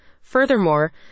Furthermore